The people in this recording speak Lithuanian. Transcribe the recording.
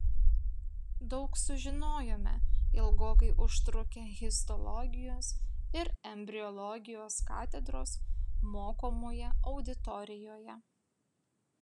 daug sužinojome ilgokai užtrukę histologijos ir embriologijos katedros mokomoje auditorijoje